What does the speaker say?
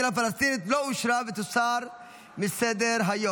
פלסטינית לא אושרה ותוסר מסדר-היום.